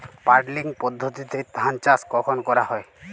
Puddling পদ্ধতিতে ধান চাষ কখন করা হয়?